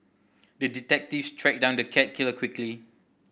the detective tracked down the cat killer quickly